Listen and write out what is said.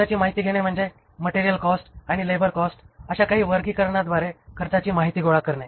खर्चाची माहिती घेणे म्हणजे मटेरियल कॉस्ट आणि लेबर कॉस्ट अशा काही वर्गीकरणाद्वारे खर्चाची माहिती गोळा करणे